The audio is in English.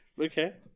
Okay